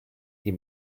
die